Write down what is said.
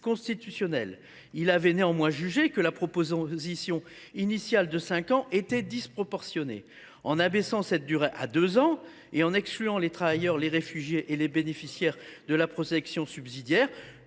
constitutionnels. Il a néanmoins jugé que la proposition initiale de fixer cette durée à cinq ans était disproportionnée. En l’abaissant à deux ans, et en excluant les travailleurs, les réfugiés et les bénéficiaires de la protection subsidiaire,